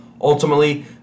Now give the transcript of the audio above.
Ultimately